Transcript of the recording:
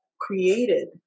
created